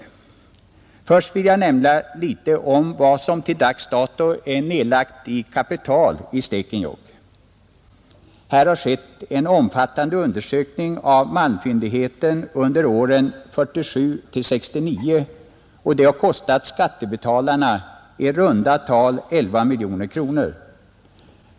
Till att börja med vill jag nämna litet om vad som till dags dato är nedlagt i kapital i Stekenjokk. Här har skett en omfattande undersökning av malmfyndigheten under åren 1947—1969, och det har kostat skattebetalarna i runda tal 11 miljoner kronor.